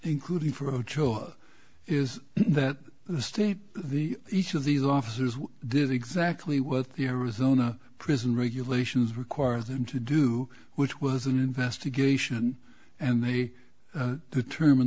including for a job is that the state the each of these officers did exactly what the arizona prison regulations require them to do which was an investigation and they determine